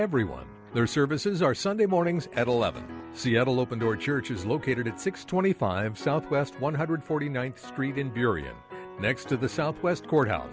everyone their services are sunday mornings at eleven seattle open door church is located at six twenty five south west one hundred forty ninth street in period next to the southwest courthouse